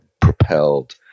propelled